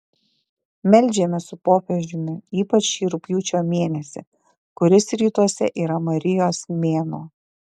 meldžiamės su popiežiumi ypač šį rugpjūčio mėnesį kuris rytuose yra marijos mėnuo